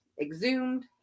exhumed